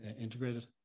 integrated